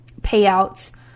payouts